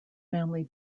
family